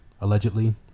allegedly